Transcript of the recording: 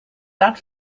that